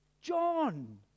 John